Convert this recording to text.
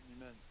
Amen